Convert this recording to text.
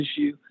issue